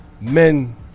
Men